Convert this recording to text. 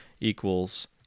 equals